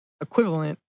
equivalent